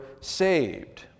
saved